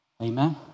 Amen